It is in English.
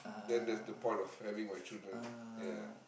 then that's the point of having my children ya